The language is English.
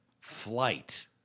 Flight